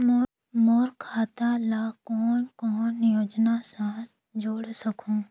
मोर खाता ला कौन कौन योजना साथ जोड़ सकहुं?